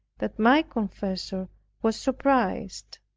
that my confessor was surprised.